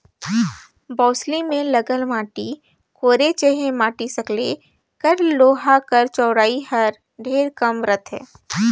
बउसली मे लगल माटी कोड़े चहे माटी सकेले कर लोहा कर चउड़ई हर ढेरे कम रहथे